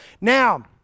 now